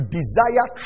desire